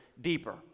deeper